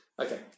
Okay